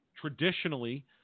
traditionally –